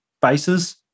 bases